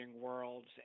Worlds